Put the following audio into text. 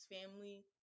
family